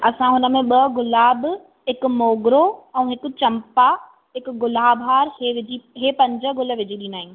असां हुन में ॿ गुलाब हिकु मोगरो ऐं हिकु चंपा हिकु गुलाभार इहे विजी इहे पंज गुल विजी ॾींदा आहियूं